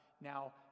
Now